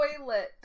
toilet